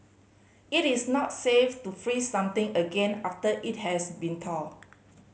it is not safe to freeze something again after it has been thawed